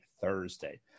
Thursday